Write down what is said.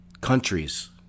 countries